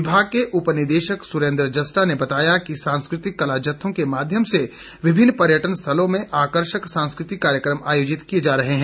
विभाग के उपनिदेशक सुरेन्द्र जस्टा ने बताया कि सांस्कृतिक कला जत्थों के माध्यम से विभिन्न पर्यटन स्थलों में आकर्षक सांस्कृतिक कार्यक्रम आयोजित किए जा रहे हैं